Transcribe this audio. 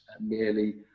merely